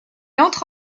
entre